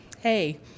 hey